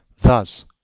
thus,